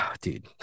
dude